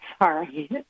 sorry